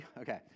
Okay